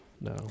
no